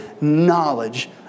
knowledge